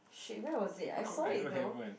shit where was it I saw it though